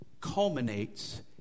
culminates